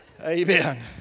Amen